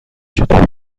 چطور